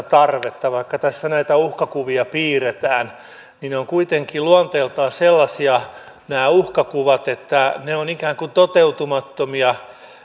vaikka tässä näitä uhkakuvia piirretään niin nämä uhkakuvat ovat kuitenkin luonteeltaan sellaisia että ne ovat ikään kuin toteutumattomia